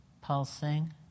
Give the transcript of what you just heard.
Pulsing